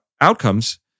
outcomes